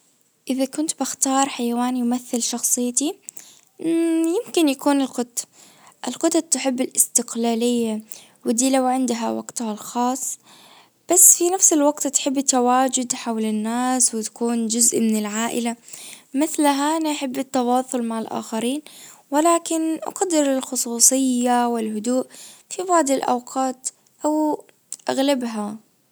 اذا كنت بختار حيوان يمثل شخصيتي يمكن يكون القط القطط تحب الاستقلالية. ودي لو عندها وقتها الخاص بس في نفس الوقت تحبي تواجدي حول الناس وتكون جزء من العائلة. مثلها انا احب التواصل مع الاخرين ولكن اقدر الخصوصية والهدوء في بعض الاوقات او اغلبها.